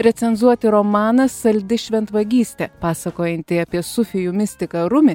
recenzuoti romaną saldi šventvagystė pasakojantį apie sufijų mistiką rumį